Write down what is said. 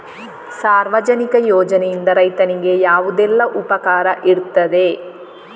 ಸಾರ್ವಜನಿಕ ಯೋಜನೆಯಿಂದ ರೈತನಿಗೆ ಯಾವುದೆಲ್ಲ ಉಪಕಾರ ಇರ್ತದೆ?